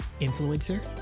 influencer